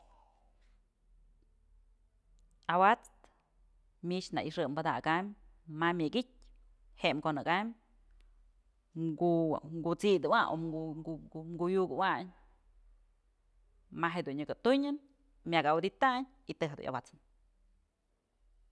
Awa'ts mich nëyxë padakäym ma'a myëk i'tyë jem konëkaym ku'u kut'sidaëwayn kuyukëwayn maje'e dun nyëkë tunyën myak awëdytayn y të najk dun awat'snë.